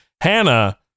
Hannah